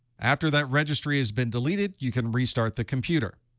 after that registry has been deleted, you can restart the computer.